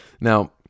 now